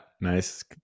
Nice